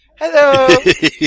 Hello